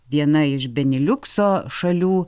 viena iš beniliukso šalių